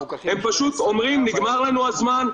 הם פשוט אומרים נגמר לנו הזמן,